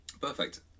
Perfect